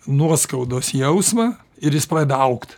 nuoskaudos jausmą ir jis pradeda augt